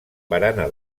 barana